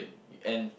and